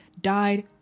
died